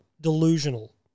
delusional